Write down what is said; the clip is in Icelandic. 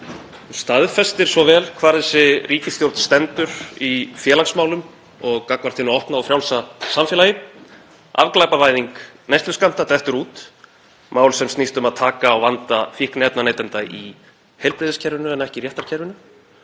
staðfestir svo vel hvar þessi ríkisstjórn stendur í félagsmálum og gagnvart hinu opna og frjálsa samfélagi. Afglæpavæðing neysluskammta dettur út, mál sem snýst um að taka á vanda fíkniefnaneytenda í heilbrigðiskerfinu en ekki í réttarkerfinu,